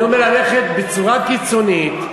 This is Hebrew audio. אני אומר ללכת בצורה קיצונית,